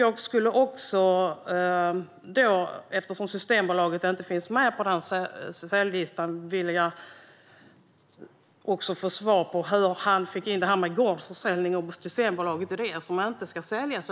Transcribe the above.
Jag skulle också, eftersom Systembolaget inte finns med på denna säljlista, vilja få svar på hur han fick in detta med gårdsförsäljning och Systembolaget, som inte ska säljas.